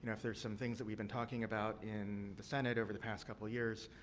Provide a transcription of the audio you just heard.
there's some things that we've been talking about in the senate over the past couple of years,